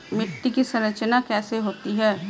मिट्टी की संरचना कैसे होती है?